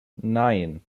nein